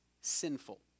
sinful